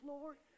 Lord